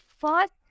first